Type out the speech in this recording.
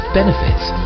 benefits